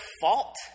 fault